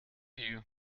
you